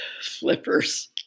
Flippers